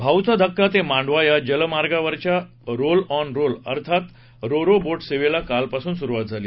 भाऊचा धक्का ते मांडवा या जलमार्गावरच्या रोल ऑन रोल ऑफ अर्थात रो रो बोट सेवेला काल सुरूवात झाली